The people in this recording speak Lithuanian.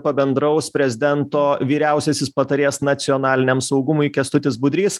pabendraus prezidento vyriausiasis patarėjas nacionaliniam saugumui kęstutis budrys